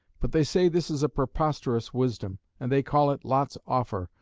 but they say this is a preposterous wisdom and they call it lot's offer,